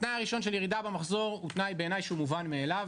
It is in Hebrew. התנאי הראשון של ירידה במחזור הוא תנאי בעיני שהוא מובן מאליו,